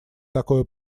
такое